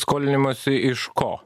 skolinimosi iš ko